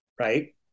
right